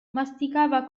masticava